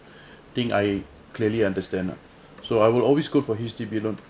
thing I clearly understand ah so I will always go for H_D_B loan